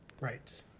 Right